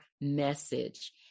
message